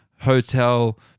hotel